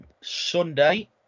Sunday